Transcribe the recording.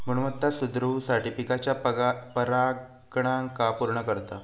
गुणवत्ता सुधरवुसाठी पिकाच्या परागकणांका पुर्ण करता